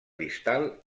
distal